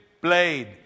blade